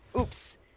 oops